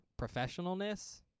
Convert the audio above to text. professionalness